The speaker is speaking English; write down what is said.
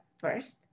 first